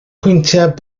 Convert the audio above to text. pwyntiau